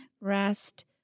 rest